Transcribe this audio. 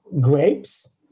grapes